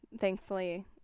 thankfully